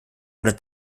oder